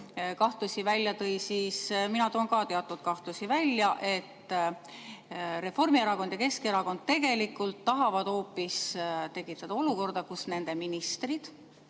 kahtlusi välja tõi, siis mina toon ka teatud kahtlusi välja –, et Reformierakond ja Keskerakond tegelikult tahavad hoopis tekitada olukorda, kus nende ministrid